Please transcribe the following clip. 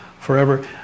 forever